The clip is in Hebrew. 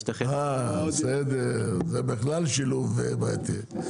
זה בכלל שילוב בעייתי.